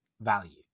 value